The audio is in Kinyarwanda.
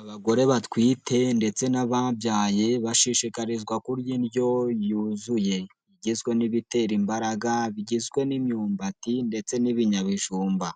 Abagore batwite ndetse n'ababyaye bashishikarizwa kurya indyo yuzuye, igizwe n'ibitera imbaraga bigizwe n'imyumbati ndetse n'ibinyabijumba,